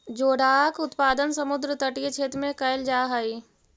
जोडाक उत्पादन समुद्र तटीय क्षेत्र में कैल जा हइ